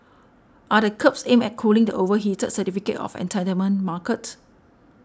are the curbs aimed at cooling the overheated certificate of entitlement market